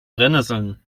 brennnesseln